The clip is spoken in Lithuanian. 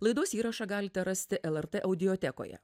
laidos įrašą galite rasti el er tė audiotekoje